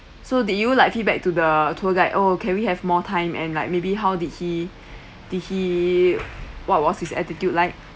so did you like feedback to the tour guide oh can we have more time and like maybe how did he did he what was his attitude like